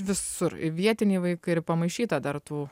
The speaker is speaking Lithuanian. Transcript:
visur vietiniai vaikai ir pamaišyta dar tų